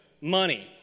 money